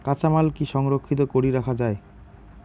কাঁচামাল কি সংরক্ষিত করি রাখা যায়?